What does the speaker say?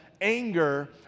anger